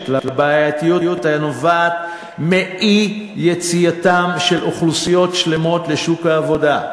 לבעייתיות הנובעת מאי-יציאת אוכלוסיות שלמות לשוק העבודה.